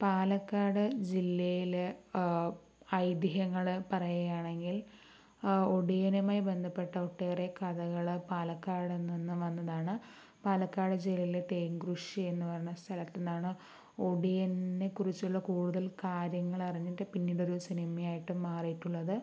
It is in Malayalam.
പാലക്കാട് ജില്ലയിലെ ഐതിഹ്യങ്ങൾ പറയുകയാണെങ്കിൽ ഒടിയനുമായി ബന്ധപ്പെട്ട ഒട്ടേറെ കഥകൾ പാലക്കാട് നിന്ന് വന്നതാണ് പാലക്കാട് ജില്ലയിലെ തേങ്കുറിശ്ശി എന്ന് പറഞ്ഞ സ്ഥലത്തു നിന്നാണ് ഒടിയനെ കുറിച്ചുള്ള കൂടുതൽ കാര്യങ്ങൾ അറിഞ്ഞിട്ട് പിന്നീട് ഒരു സിനിമയായിട്ടു മാറിയിട്ടുള്ളത്